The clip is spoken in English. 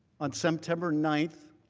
on september nine,